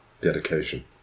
dedication